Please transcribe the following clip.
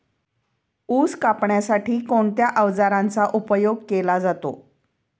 ऊस कापण्यासाठी कोणत्या अवजारांचा उपयोग केला जातो?